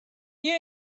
بیا